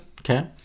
Okay